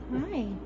Hi